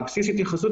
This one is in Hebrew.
בסיס ההתייחסות,